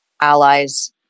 allies